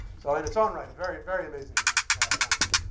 so in its own right, a very very amazing animal.